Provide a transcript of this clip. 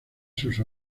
sus